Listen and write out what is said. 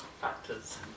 factors